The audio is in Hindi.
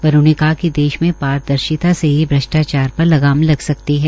वरूण ने कहा कि देश में पारदर्शिता से ही भ्रष्टाचार पर लगाम लग सकती है